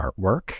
artwork